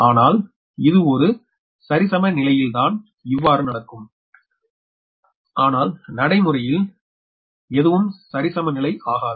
அனால் இது ஒரு ஒரு சரிசமநிலையில்தான் இவ்வாறு நடக்கும் ஆனால் நடைமுறையில் எதுவும் சரிசமநிலை அகத்து